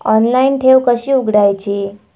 Online ठेव कशी उघडायची?